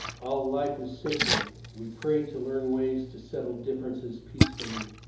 all life is sacred. we pray to learn ways to settle differences peacefully,